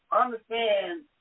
understand